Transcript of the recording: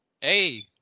Hey